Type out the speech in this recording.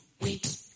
wait